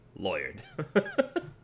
Lawyered